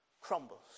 crumbles